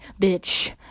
bitch